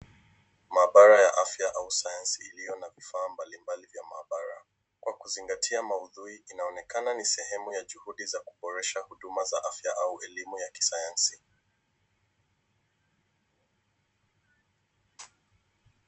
Maabara ya afya au sayansi iliyo na vifaa mbalimbali vya maabara. Kwa kuzingatia maudhui, inaonekana ni sehemu juhudi za kuboresha huduma za afya au elimu ya kisayansi.